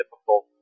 typical